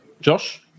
Josh